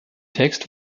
text